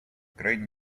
крайне